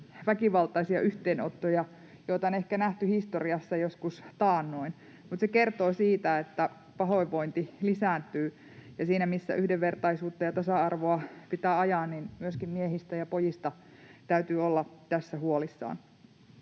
väkivaltaisia yhteenottoja, joita on ehkä nähty historiassa joskus taannoin. Se kertoo siitä, että pahoinvointi lisääntyy, ja siinä, missä yhdenvertaisuutta ja tasa-arvoa pitää ajaa, niin myöskin miehistä ja pojista täytyy olla tässä huolissaan.